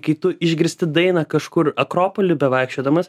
kai tu išgirsti dainą kažkur akropoly bevaikščiodamas